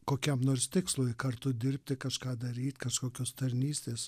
kokiam nors tikslui kartu dirbti kažką daryti kažkokios tarnystės